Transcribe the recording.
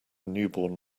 newborn